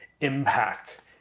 impact